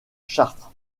chartres